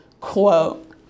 quote